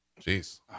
Jeez